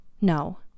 No